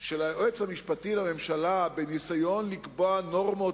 של היועץ המשפטי לממשלה בניסיון לקבוע נורמות